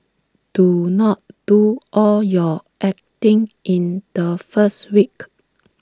do not do all your acting in the first week